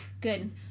Good